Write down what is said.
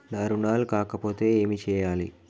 నా రుణాలు కాకపోతే ఏమి చేయాలి?